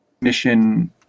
mission